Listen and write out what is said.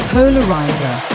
Polarizer